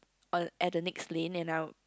on at the next lane and I